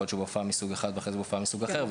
יכול להיות שהוא בהופעה מסוג אחד ואחרי זה בהופעה מסוג אחר.